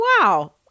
wow